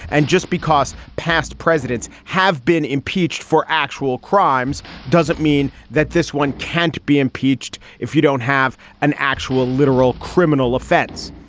and just because past presidents have been impeached for actual crimes doesn't mean that this one can't be impeached. if you don't have an actual literal criminal offense.